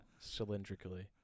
cylindrically